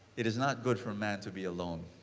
it is not good for man to be alone.